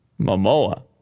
Momoa